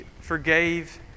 forgave